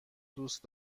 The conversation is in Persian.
دوست